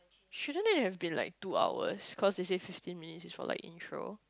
shouldn't it have been like two hours cause they say fifteen minutes is for like intro